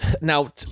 now